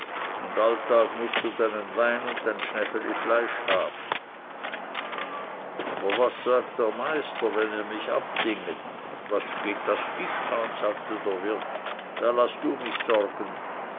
und all tag mußt du deinen wein und dein schnäfeli fleisch haben aber was sagt der meister wenn ihr mich abdinget was geht das dich an sagte der wirt da laß du mich sorgen